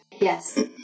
Yes